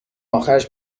آخرش